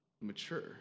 mature